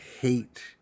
hate